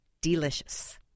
delicious